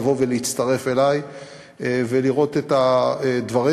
לבוא ולהצטרף אלי ולראות את הדברים.